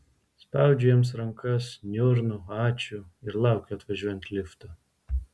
spaudžiu jiems rankas niurnu ačiū ir laukiu atvažiuojant lifto